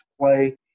play